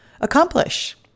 accomplish